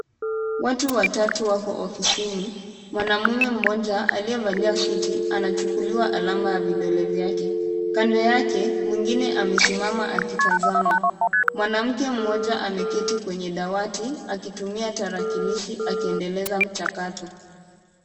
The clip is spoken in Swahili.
Watu watatu wako ofisini. Mwanamume mmoja aliyevalia suti, anachukuliwa alama ya vidole vyake. Kando yake mwingine amesimama akitazama. Mwanamke mmoja ameketi kwenye dawati, akitumia tarakilishi akiendeleza mchakato.